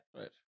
Right